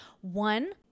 One